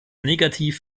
negativ